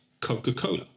Coca-Cola